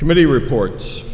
committee reports